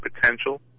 potential